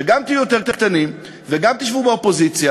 שגם תהיו יותר קטנים וגם תשבו באופוזיציה,